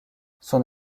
son